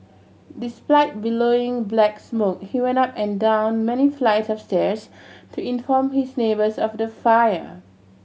despite billowing black smoke he went up and down many flights of stairs to inform his neighbours of the fire